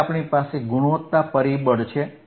હવે આપણી પાસે ગુણવત્તા પરિબળ છે